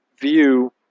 view